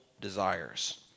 desires